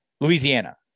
Louisiana